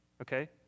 okay